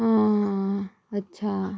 हां अच्छा